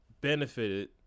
benefited